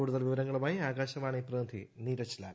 കൂടുതൽ വിവരങ്ങളുമായി ആകാശവാണി പ്രതിനിധി നീരജ് ലാൽ